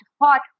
hot